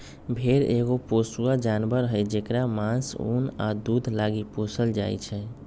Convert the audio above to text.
भेड़ा एगो पोसुआ जानवर हई जेकरा मास, उन आ दूध लागी पोसल जाइ छै